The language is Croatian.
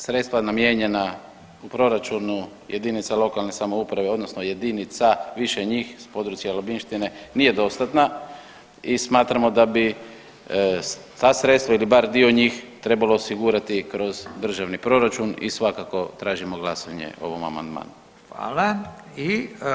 Sredstva namijenjena u proračunu jedinica lokalne samouprave odnosno jedinica više njih s područja Labinštine nije dostatna i smatramo da bi ta sredstva ili bar dio njih trebalo osigurati kroz državni proračun i svakako tražimo glasanje o ovom amandmanu.